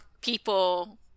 people